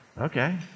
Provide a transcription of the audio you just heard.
Okay